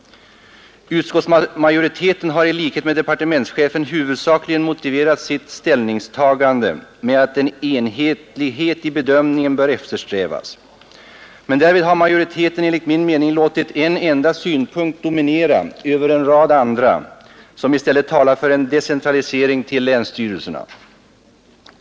Utskottsmajoriteten har i likhet med departementschefen huvudsakligen motiverat sitt ställningstagande med att enhetlighet i bedömningen bör eftersträvas. Därmed har majoriteten enligt min mening låtit en enda synpunkt dominera över en rad andra, som i stället talar för en decentralisering till länsstyrelserna.